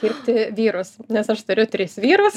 kirpti vyrus nes aš turiu tris vyrus